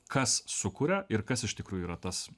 kas sukuria ir kas iš tikrųjų yra tas